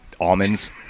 almonds